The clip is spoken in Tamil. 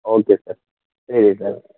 ஓகே சார் சரி சார்